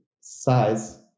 size